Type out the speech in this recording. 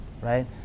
right